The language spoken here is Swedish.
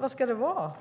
Vad ska det vara?